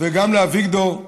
וגם לאביגדור: